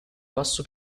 basso